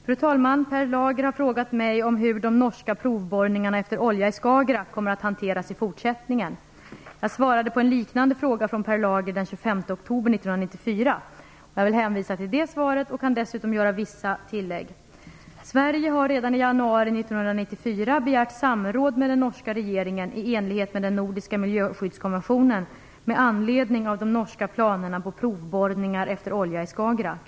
Fru talman! Per Lager har frågat mig hur de norska provborrningarna efter olja i Skagerrak kommer att hanteras i fortsättningen. Jag svarade på en liknande fråga från Per Lager den 25 oktober 1994. Jag vill hänvisa till det svaret och kan dessutom göra vissa tillägg. Sverige har redan i januari 1994 begärt samråd med den norska regeringen i enlighet med den nordiska miljöskyddskonventionen med anledning av de norska planerna på provborrningar efter olja i Skagerrak.